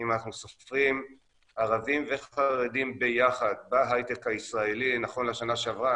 אם אנחנו סופרים ערבים וחרדים ביחד בהייטק הישראלי נכון לשנה שעברה,